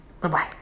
Bye-bye